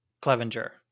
Clevenger